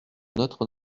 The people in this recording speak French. notre